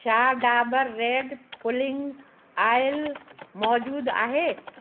छा Dabur red pulling oil मौजूदु आहे